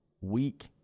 weak